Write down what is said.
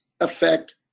affect